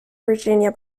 virginia